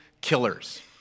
killers